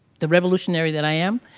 the revolutionary that i am,